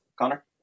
Connor